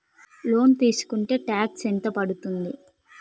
Loan తీస్కుంటే tax ఎంత పడ్తుంది?